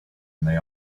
they